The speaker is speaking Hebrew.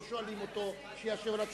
לא שואלים אותו שישיב על תשובה.